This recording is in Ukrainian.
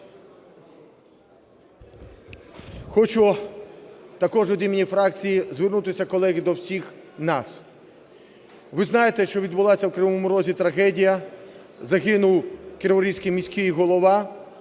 Хочу також від імені фракції звернутися, колеги, до всіх нас. Ви знаєте, що відбулася в Кривому Розі трагедія: загинув криворізький міський голова